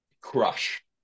crush